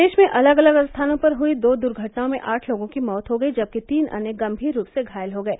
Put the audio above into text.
प्रदेश में अलग अलग स्थानों पर हुयी दो दुर्घटनाओं में आठ लोगों की मौत हो गयी जबकि तीन अन्य गम्मीर रूप से घायल हो गये